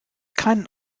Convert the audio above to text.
keinen